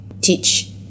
teach